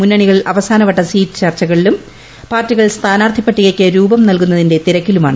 മുന്നണികൾ അവസാനവട്ട സീറ്റ് ചർച്ചകളിലും പാർട്ടികൾ സ്ഥാനാർത്ഥിപട്ടികയ്ക്ക് രൂപം നൽകുന്നതിന്റെ തിരക്കിലുമാണ്